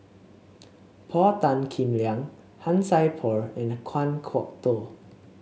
Paul Tan Kim Liang Han Sai Por and Kan Kwok Toh